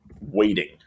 waiting